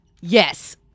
Yes